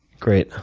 great.